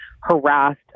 harassed